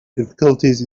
difficulties